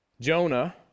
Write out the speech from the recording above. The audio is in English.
Jonah